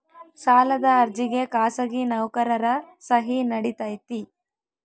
ಸಾಲದ ಅರ್ಜಿಗೆ ಖಾಸಗಿ ನೌಕರರ ಸಹಿ ನಡಿತೈತಿ?